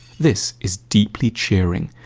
this is deeply cheering,